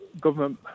government